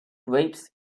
grapes